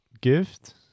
Gift